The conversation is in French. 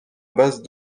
base